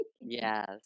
Yes